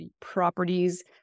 properties